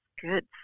good